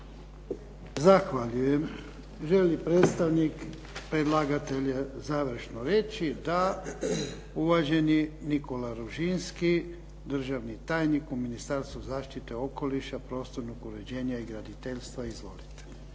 Zahvaljujem. Želi li predstavnik predlagatelja završno reći? Da. Uvaženi Nikola Ružinski, državni tajnik u Ministarstvu zaštite okoliša, prostornog uređenja i graditeljstva. Izvolite.